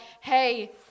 Hey